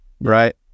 Right